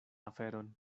aferon